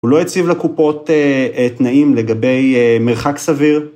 הוא לא הציב לקופות תנאים לגבי מרחק סביר